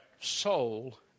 soul